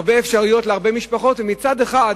הרבה אפשרויות להרבה משפחות, ומצד אחר